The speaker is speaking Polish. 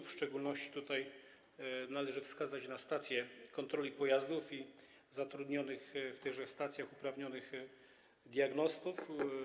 W szczególności należy wskazać tutaj stacje kontroli pojazdów i zatrudnionych w tychże stacjach uprawnionych diagnostów.